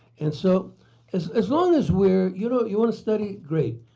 and so as as long as we're you know you want to study? great.